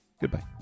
Goodbye